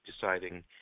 deciding